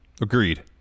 Agreed